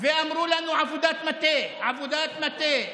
ואמרו לנו: עבודת מטה, עבודת מטה.